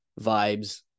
vibes